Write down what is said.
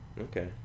Okay